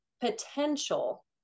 potential